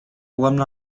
alumni